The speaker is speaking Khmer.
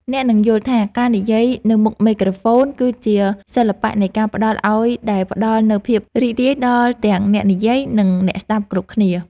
អ្នកនឹងយល់ថាការនិយាយនៅមុខមីក្រូហ្វូនគឺជាសិល្បៈនៃការផ្តល់ឱ្យដែលផ្តល់នូវភាពរីករាយដល់ទាំងអ្នកនិយាយ និងអ្នកស្តាប់គ្រប់គ្នា។